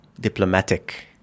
diplomatic